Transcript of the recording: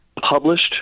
published